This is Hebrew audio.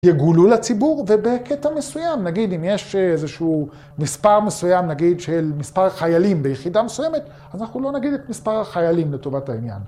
יגולו לציבור, ובקטע מסוים, נגיד אם יש איזשהו מספר מסוים, נגיד של מספר חיילים ביחידה מסוימת, אז אנחנו לא נגיד את מספר החיילים לטובת העניין.